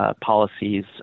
Policies